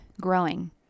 growing